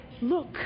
Look